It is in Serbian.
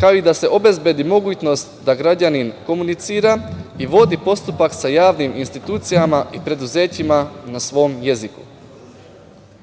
kao i da se obezbedi mogućnost da građanin komunicira i vodi postupak sa javnim institucijama i preduzećima na svom jeziku.